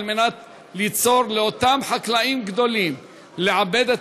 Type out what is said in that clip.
על מנת לאפשר לאותם חקלאים גדולים לעבד את